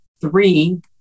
three